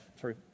Sorry